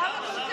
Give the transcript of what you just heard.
למה?